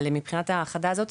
מבחינת ההאחדה הזאת,